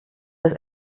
das